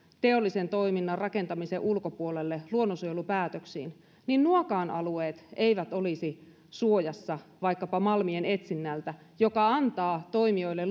teollisen toiminnan rakentamisen ulkopuolelle luonnonsuojelupäätöksin niin nuokaan alueet eivät olisi suojassa vaikkapa malmien etsinnältä mikä antaa toimijoille